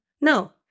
No